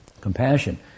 compassion